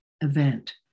event